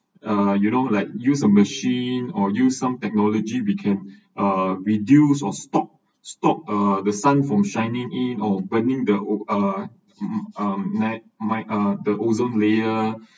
err you know like use a machine or use some technology we can err reduce or stop stop err the sun from shining in or burning the o~ uh mm um mi~ mi~ uh the ozone layer